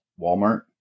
Walmart